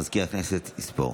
מזכיר הכנסת יספור.